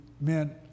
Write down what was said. meant